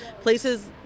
places